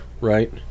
right